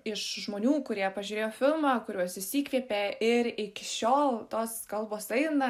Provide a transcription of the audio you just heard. iš žmonių kurie pažiūrėjo filmą kuriuos jis įkvėpė ir iki šiol tos kalbos eina